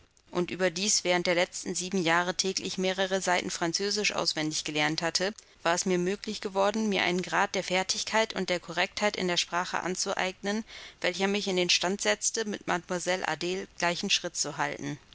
und überdies während der letzten sieben jahre täglich mehrere seiten französisch auswendig gelernt hatte war es mir möglich geworden mir einen grad der fertigkeit und der korrektheit in der sprache anzueignen welcher mich in den stand setzte mit mademoiselle adele gleichen schritt zu halten